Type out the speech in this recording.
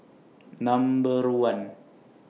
Number one